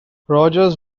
rogers